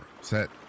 set